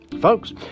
Folks